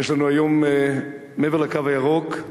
שיש לנו היום מעבר ל"קו הירוק"